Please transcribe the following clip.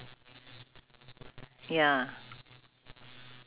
where is it where is the where is the deanna's kitchen